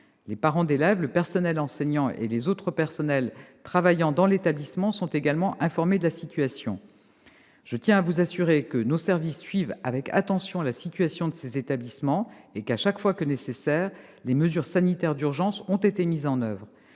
Les parents d'élèves, le personnel enseignant et les autres personnels travaillant dans l'établissement sont également informés de la situation. Monsieur le sénateur, je tiens à vous assurer que nos services suivent avec attention la situation de ces établissements et que, chaque fois que nécessaire, les mesures sanitaires d'urgence ont été mises en oeuvre.